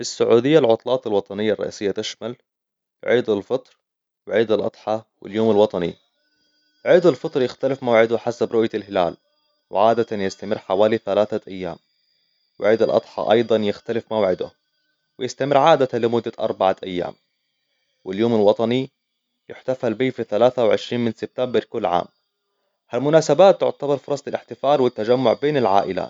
في السعودية العطلات الوطنية الرئيسية تشمل عيد الفطر، عيد الأضحى، واليوم الوطني. عيد الفطر يختلف موعده حسب رؤيه الهلال، وعادة يستمر حوالي ثلاثة أيام، وعيد الأضحى أيضاً يختلف موعده، ويستمر عادة لمدة أربعة أيام، واليوم الوطني يحتفل به في الثلاثه والعشرين من سبتمبر كل عام. هالمناسبات تعتبر فرص للاحتفال والتجمع بين العائلات.